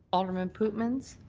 alderman pootmans.